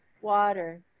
Water